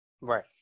Right